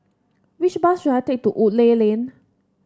which bus should I take to Woodleigh Lane